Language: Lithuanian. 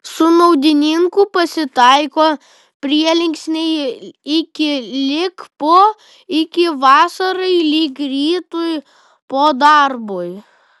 su naudininku pasitaiko prielinksniai iki lig po iki vasarai lig rytui po darbui